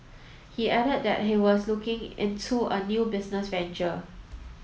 he added that he was looking into a new business venture